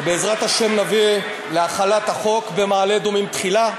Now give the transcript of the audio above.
ובעזרת השם נביא להחלת החוק במעלה-אדומים תחילה,